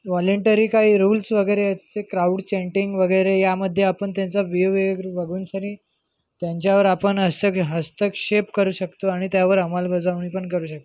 voluntary काही rules वगैरे असते क्राऊड चॅन्टिंग वगैरे यामध्ये आपण त्यांचा वे वेग बघूनशनी त्यांच्यावर आपण हस्तक हस्तक्षेप करू शकतो आणि त्यावर अंमलबजावणी पण करू शकतो